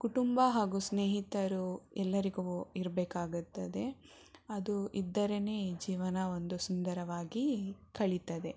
ಕುಟುಂಬ ಹಾಗೂ ಸ್ನೇಹಿತರು ಎಲ್ಲರಿಗೂ ಇರಬೇಕಾಗುತ್ತದೆ ಅದು ಇದ್ದರೇ ಜೀವನ ಒಂದು ಸುಂದರವಾಗಿ ಕಳೀತದೆ